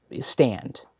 stand